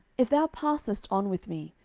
if thou passest on with me,